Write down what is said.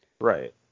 right